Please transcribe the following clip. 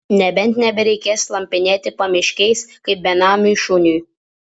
nebent nebereikės slampinėti pamiškiais kaip benamiui šuniui